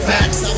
Facts